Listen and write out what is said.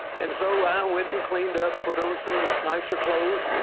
and so and went and cleaned up, put on some nicer clothes,